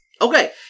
Okay